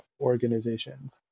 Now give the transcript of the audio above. organizations